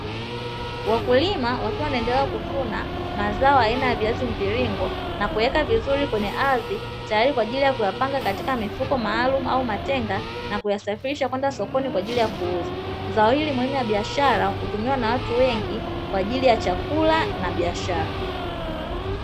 Wakulima wakiwa wanaendelea kuvuna mazao aina ya viazi mviringo, na kuweka vizuri kwenye ardhi, tayari kwa ajili ya kuyapanga katika mifuko maalumu au matenga na kuyasafirisha kwenda sokoni kwa ajili ya kuuzwa. Zao hili muhimu la biashara hutumiwa na watu wengi kwa ajili ya chakula na biashara.